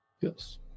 Yes